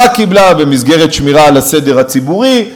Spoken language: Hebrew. קיבלה במסגרת שמירה על הסדר הציבורי.